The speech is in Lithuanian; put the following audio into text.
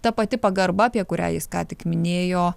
ta pati pagarba apie kurią jis ką tik minėjo